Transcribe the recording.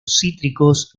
cítricos